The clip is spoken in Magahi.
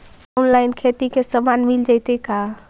औनलाइन खेती के सामान मिल जैतै का?